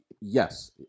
Yes